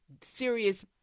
serious